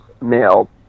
male